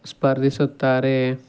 ಸ್ಪರ್ಧಿಸುತ್ತಾರೆ